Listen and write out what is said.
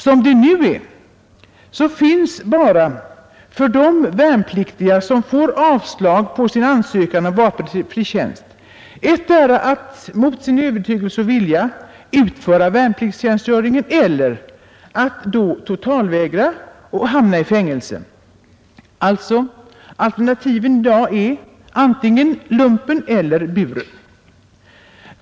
Som det nu är, finns för de värnpliktiga, som får avslag på sin ansökan om vapenfri tjänst, bara ettdera: att mot sin övertygelse och vilja utföra värnpliktstjänstgöringen eller att totalvägra och hamna i fängelse. Alltså: alternativet i dag är ”lumpen eller buren”.